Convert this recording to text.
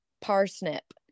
parsnip